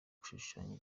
gushushanya